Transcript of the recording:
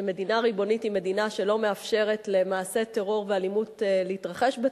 שמדינה ריבונית היא מדינה שלא מאפשרת למעשי טרור ואלימות להתרחש בתוכה.